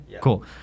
cool